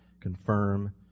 confirm